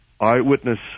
eyewitness